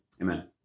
Amen